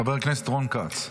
חבר הכנסת רון כץ.